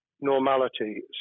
normality